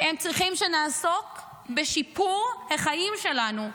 הם צריכים שנעסוק בשיפור החיים שלנו.